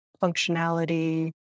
functionality